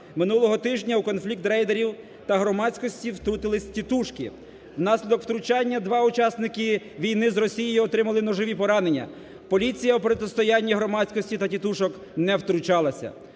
Минулого тижня у конфлікт рейдерів та громадськості втрутилися "тітушки". Внаслідок втручання два учасники війни з Росією отримали ножові поранення, поліція в протистояння громадськості та "тітушок" не втручалася.